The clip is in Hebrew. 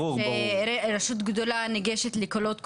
ורשות גדולה ניגשת לקולות קוראים.